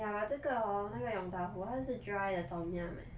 ya 我这个 hor 那个 yong tau foo 它是 dry 的 tom yum eh